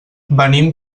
venim